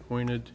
appointed